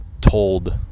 told